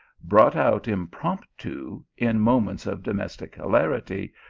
brought out im promptu in moments of domestic hilarity,